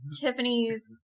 Tiffany's